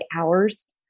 hours